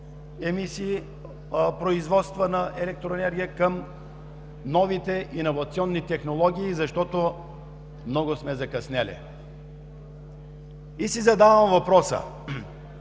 производства на електроенергия към новите иновационни технологии, защото много сме закъснели. И си задавам въпроса: